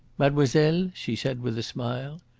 mademoiselle, she said, with a smile,